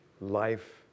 life